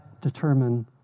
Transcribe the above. determine